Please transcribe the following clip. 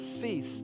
cease